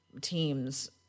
teams –